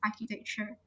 architecture